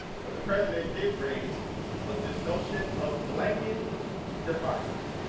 what the president did raise was this notion of blanket defiance.